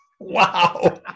Wow